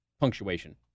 punctuation